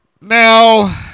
Now